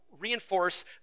reinforce